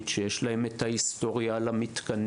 תכנית; שיש להם את ההיסטוריה של המתקנים;